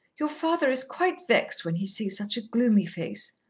your father is quite vexed when he sees such a gloomy face.